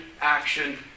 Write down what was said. action